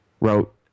wrote